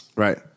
Right